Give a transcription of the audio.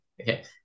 okay